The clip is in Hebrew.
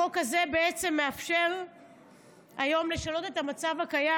החוק הזה בעצם מאפשר היום לשנות את המצב הקיים,